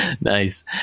Nice